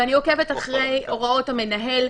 ואני עוקבת אחרי הוראות המנהל.